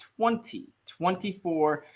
2024